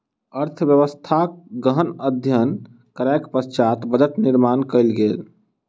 अर्थव्यवस्थाक गहन अध्ययन करै के पश्चात बजट निर्माण कयल गेल